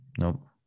Nope